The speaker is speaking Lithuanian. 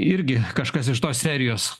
irgi kažkas iš tos serijos